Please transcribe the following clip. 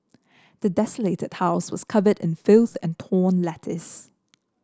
the desolated house was covered in filth and torn